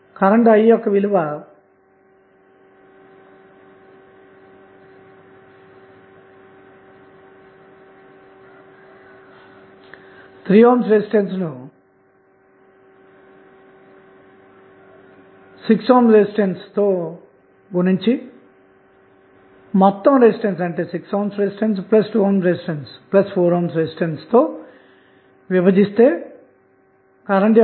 current I యొక్క విలువ అన్నది I S ను రెసిస్టెన్స్ R 2 విలువ తో గుణించి మొత్తం రెసిస్టెన్స్ R 2 R 3 R 4విలువ తో విభజిస్తే లభిస్తుంది I366241